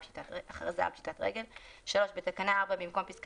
הכרזה על פשיטת רגל"; בתקנה 4 במקום פסקה